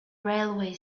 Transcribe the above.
railway